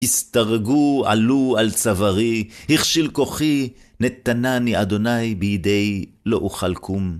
השתרגו, עלו על צווארי, הכשיל כוחי, נתנני אדוני בידי לא אוכל קום.